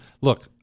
Look